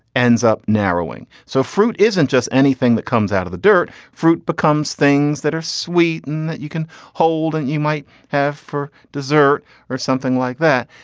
ends up narrowing so fruit isn't just anything that comes out of the dirt. fruit becomes things that are sweet and that you can hold and you might have for dessert or something like that.